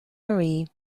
marie